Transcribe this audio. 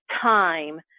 time